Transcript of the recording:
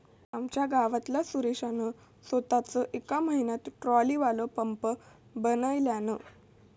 आमच्या गावातल्या सुरेशान सोताच येका म्हयन्यात ट्रॉलीवालो पंप बनयल्यान